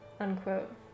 unquote